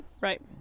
Right